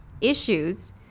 issues